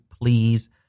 please